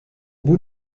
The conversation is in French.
bout